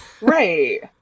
Right